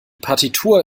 partitur